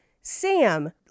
Sam